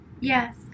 Yes